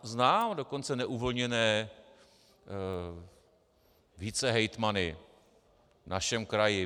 Znám dokonce uvolněné vicehejtmany v našem kraji.